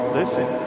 listen